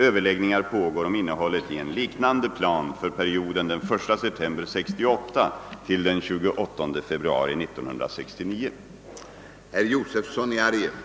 Överläggningar på går om innehållet i en liknande plan för perioden den 1 september 1968— den 28 februari 1969.